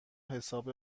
حساب